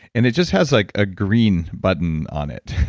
and it just has like a green button on it.